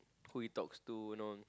who he talks to you know